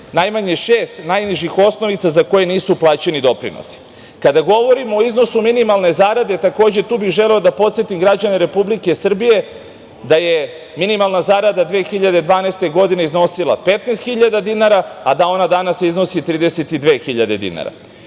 najmanje 6 najnižih osnovica, za koje nisu plaćeni doprinosi. Kada govorimo o iznosu minimalne zarade, takođe bih tu želeo da podsetim građane Republike Srbije da je minimalna zarada 2012. godine bila 15.000 dinara, a da ona danas iznosi 32.000 dinara. Kada